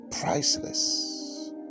Priceless